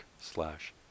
slash